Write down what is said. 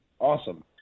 awesome